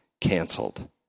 canceled